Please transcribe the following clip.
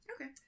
Okay